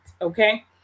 okay